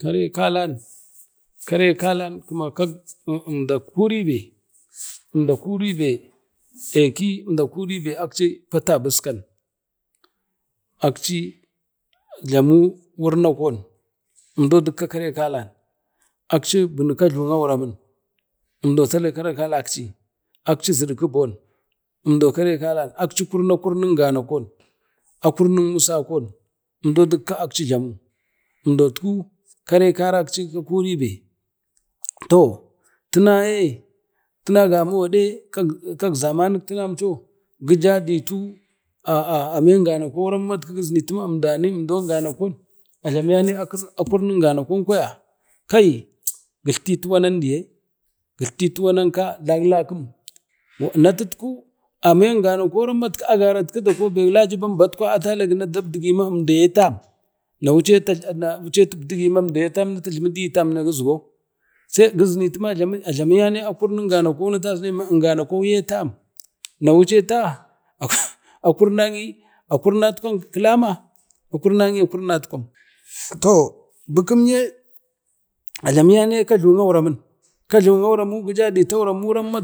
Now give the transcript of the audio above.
kari kalan kari kalan kan əmdo kuribe əmda kuribe akki ənda kuribe akci eeki tabiskan, akci jlamu wurnakon umdo dukka kare kalan, akci bimu kajluwu guramun, emdo tal kalakci akci jidki bom, umdo kare kalan akci kurnu akurnun gamakan, akurnak misakon umdo dukka akci jlamu, umdotu ku kare kalakci ka kuribe, toh tinaye tina gaman gade kak zamamut kuwon tinanncho gija ditu amen ngarakon gazinitu umduna amen ngamakwa ajlami yane akurnun nganakon kai gitletitu wanam diye gitletitu wanan man laklakum, na tut ku amen nganaku man ben lajibam batkwa atu dagi dabdi gima əmdeye tam, na wucenta atubdigi ma əmdiye tam na atu ajlemi digi tam sai gazgoinitu ma a jlamiyane akurnun ganakan na daci aiman gijgo, ajhamiyane akurnu ngaralen na atab dai ma ndoanatan ye tam na daci aiman gizgo wueenta akunna i akurna tam kilama akurna i akurnatam, toh bikimye ajlamiyane ka jluwin aguramun, gijaditu agu ramu